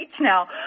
now